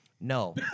No